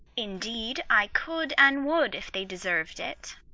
indeed, i could and would, if they deserved it,